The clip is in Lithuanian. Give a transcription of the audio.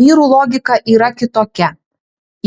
vyrų logika yra kitokia